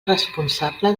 responsable